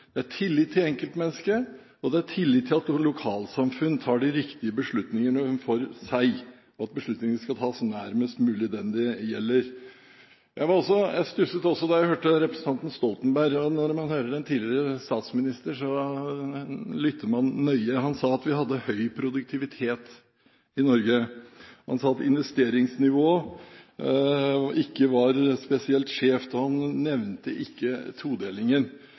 det er tillit til enkeltmennesket, det er tillit til at lokalsamfunn tar de riktige beslutningene for seg, og at beslutningene skal tas nærmest mulig dem det gjelder. Jeg stusset også da jeg hørte representanten Stoltenberg – og når man hører en tidligere statsminister, lytter man nøye. Han sa at vi hadde høy produktivitet i Norge, han sa at investeringsnivået ikke var spesielt skjevt, og han nevnte ikke todelingen.